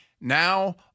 Now